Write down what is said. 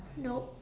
nope